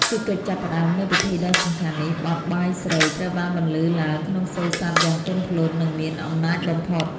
ជាកិច្ចចាប់ផ្ដើមនៃពិធីដ៏សំខាន់នេះ បទ បាយស្រី ត្រូវបានបន្លឺឡើងក្នុងសូរស័ព្ទយ៉ាងទន់ភ្លន់ និងមានអំណាចបំផុត។